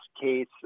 case